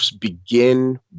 begin